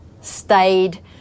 stayed